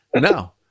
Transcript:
No